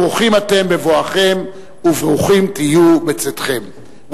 ברוכים אתם בבואכם וברוכים תהיו בצאתכם.